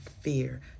fear